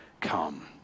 come